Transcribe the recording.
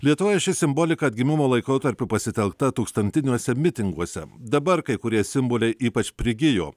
lietuvoj ši simbolika atgimimo laikotarpiu pasitelkta tūkstantiniuose mitinguose dabar kai kurie simboliai ypač prigijo